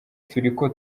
turiko